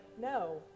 no